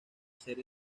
ser